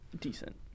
decent